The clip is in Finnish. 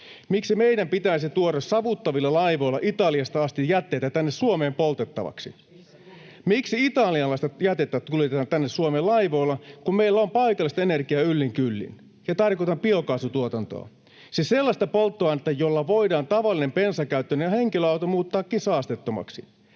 Miksi meidän pitäisi tuoda savuttavilla laivoilla Italiasta asti jätteitä tänne Suomeen poltettavaksi? Miksi italialaista jätettä kuljetetaan tänne Suomeen laivoilla, kun meillä on paikallista energiaa yllin kyllin? Tarkoitan biokaasutuotantoa. Siis sellaista polttoainetta, jolla voidaan tavallinen bensakäyttöinen henkilöauto muuttaa saasteettomaksi.